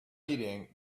eating